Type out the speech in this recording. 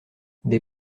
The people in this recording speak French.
des